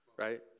right